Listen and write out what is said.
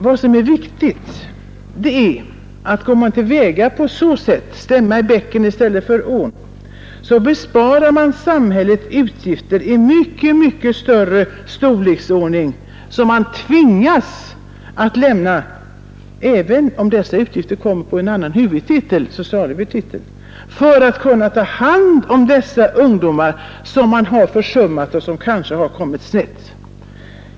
Vad som är viktigt är att går man till väga på så sätt — stämmer i bäcken i stället för i ån — besparar man samhället utgifter av mycket större storleksordning, som man tvingas göra även om dessa utgifter kommer på en annan huvudtitel — socialhuvudtiteln — för att ta hand de ungdomar som man har försummat och som kanske har kommit på sned.